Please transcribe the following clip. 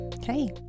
hey